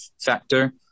factor